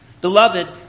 Beloved